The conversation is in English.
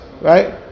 right